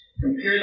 Compare